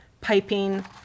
piping